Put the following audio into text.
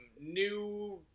new